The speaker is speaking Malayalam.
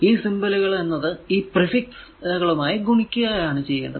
ഈ സിംബലുകൾ എന്നത് ഈ പ്രിഫിക്സ് കളുമായി ഗുണിക്കുക ആണ് ചെയ്യേണ്ടത്